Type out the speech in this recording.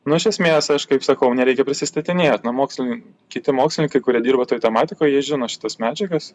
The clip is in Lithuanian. nu iš esmės aš kaip sakau nereikia prisistatinėt nu mokslinin kiti mokslininkai kurie dirba toj tematikoj jie žino šitas medžiagas